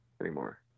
anymore